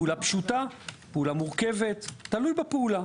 פעולה פשוטה, פעולה מורכבת, תלוי בפעולה.